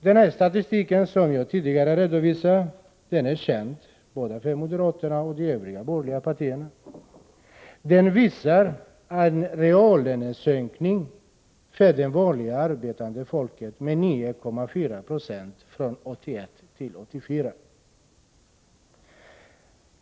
Den statistik som jag tidigare redovisade är känd både för moderaterna och för de övriga borgerliga partierna. Den visar en reallönesänkning för det vanliga arbetande folket med 9,4 90 från 1981 till 1984.